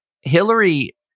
Hillary